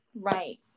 Right